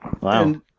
wow